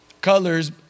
colors